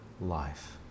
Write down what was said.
life